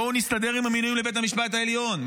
בואו נסתדר עם המינוי לבית המשפט העליון.